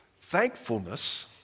thankfulness